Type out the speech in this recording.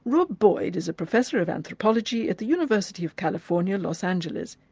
rob boyd is professor of anthropology at the university of california, los angeles,